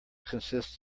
consists